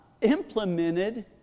implemented